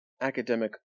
academic